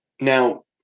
Now